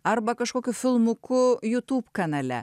arba kažkokių filmukų jutūb kanale